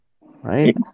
right